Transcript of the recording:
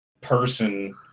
person